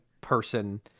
person